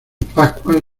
pascuas